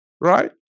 right